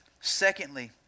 Secondly